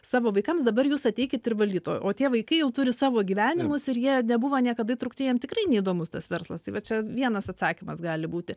savo vaikams dabar jūs ateikit ir valdyt o tie vaikai jau turi savo gyvenimus ir jie nebuvo niekada įtraukti jiem tikrai neįdomus tas verslas tai va čia vienas atsakymas gali būti